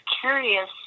curious